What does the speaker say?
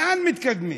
לאן מתקדמים?